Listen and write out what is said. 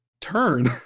turn